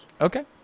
Okay